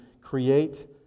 create